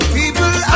people